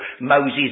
Moses